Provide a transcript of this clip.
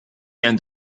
end